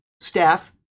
staff